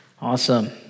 Awesome